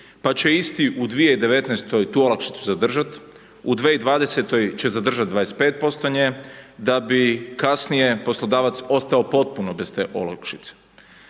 pa će isti u 2019. tu olakšicu zadržat, u 2020. će zadržat 25% nje, da bi kasnije poslodavac ostao potpuno bez te olakšice.